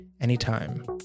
Anytime